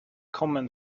common